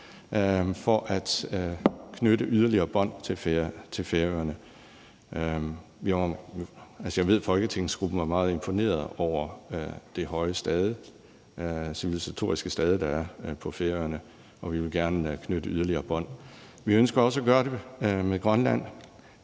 for at knytte yderligere bånd til Færøerne. Jeg ved, at folketingsgruppen var meget imponeret over det høje civilisatoriske stade, der er på Færøerne, og vi vil gerne knytte yderligere bånd. Vi ønsker også at gøre det med Grønland.